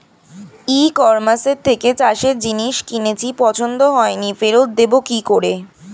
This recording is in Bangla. ই কমার্সের থেকে চাষের জিনিস কিনেছি পছন্দ হয়নি ফেরত দেব কী করে?